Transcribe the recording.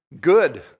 good